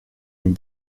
une